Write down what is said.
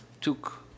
took